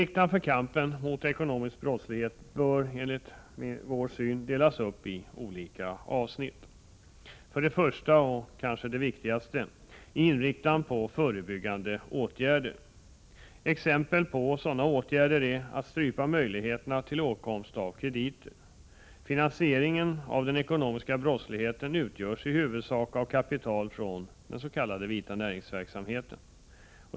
Åtgärderna i kampen mot ekonomisk brottslighet bör enligt vår syn inriktas på olika avsnitt. Det kanske viktigaste av dessa är de förebyggande åtgärderna. Ett exempel på sådana åtgärder är att man stryper åtkomligheten av krediter. Finansieringen av den ekonomiska brottsligheten utgörs i huvudsak av kapital från den s.k. vita näringsverksamheten.